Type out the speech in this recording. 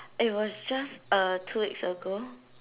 it was just uh two weeks ago